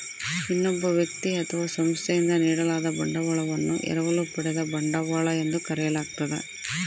ಇನ್ನೊಬ್ಬ ವ್ಯಕ್ತಿ ಅಥವಾ ಸಂಸ್ಥೆಯಿಂದ ನೀಡಲಾದ ಬಂಡವಾಳವನ್ನು ಎರವಲು ಪಡೆದ ಬಂಡವಾಳ ಎಂದು ಕರೆಯಲಾಗ್ತದ